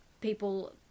people